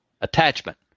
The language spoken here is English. Attachment